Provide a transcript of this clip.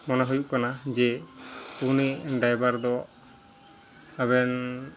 ᱢᱚᱱᱮ ᱦᱩᱭᱩᱜ ᱠᱟᱱᱟ ᱡᱮ ᱩᱱᱤ ᱰᱟᱭᱵᱟᱨ ᱫᱚ ᱟᱵᱮᱱ